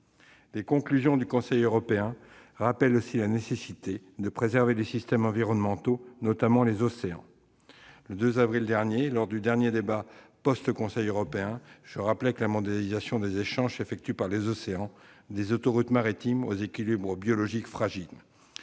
Les conclusions du Conseil européen rappellent aussi la nécessité de préserver les systèmes environnementaux, notamment les océans. Le 2 avril dernier, lors du dernier débat post-Conseil européen, je soulignais que la mondialisation des échanges s'effectuait par les océans, sur des autoroutes maritimes aux équilibres biologiques fragiles,